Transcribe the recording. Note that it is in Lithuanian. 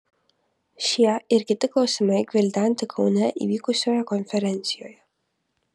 šie ir kiti klausimai gvildenti kaune įvykusioje konferencijoje